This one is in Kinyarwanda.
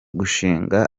gushinga